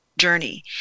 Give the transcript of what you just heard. journey